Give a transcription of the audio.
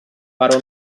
però